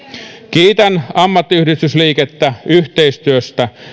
kiitän ammattiyhdistysliikettä yhteistyöstä